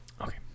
Okay